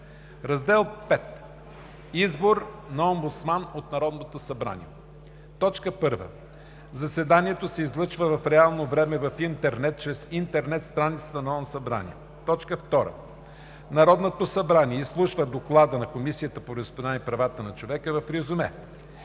V. Избор на омбудсман от Народното събрание 1. Заседанието се излъчва в реално време в интернет чрез интернет страницата на Народното събрание. 2. Народното събрание изслушва доклада на Комисията по вероизповеданията и правата на човека в резюме.